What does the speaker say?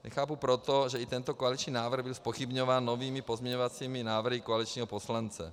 Nechápu proto, že i tento koaliční návrh byl zpochybňován novými pozměňovacími návrhy koaličního poslance.